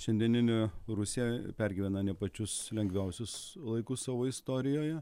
šiandieninė rusija pergyvena ne pačius lengviausius laikus savo istorijoje